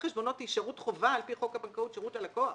היא שירות חובה על פי חוק הבנקאות שירות הלקוח.